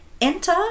Enter